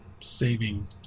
saving